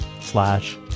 slash